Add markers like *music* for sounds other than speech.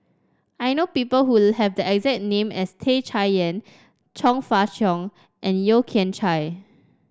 I know people who *unintelligible* have the exact name as Tan Chay Yan Chong Fah Cheong and Yeo Kian Chai